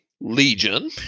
Legion